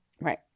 Right